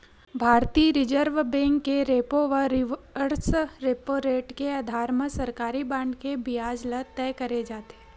भारतीय reserve bank के repo व रिवर्स रेपो रेट के अधार म सरकारी बांड के बियाज ल तय करे जाथे